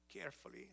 carefully